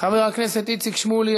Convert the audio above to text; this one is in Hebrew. חבר הכנסת איציק שמולי,